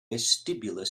vestibular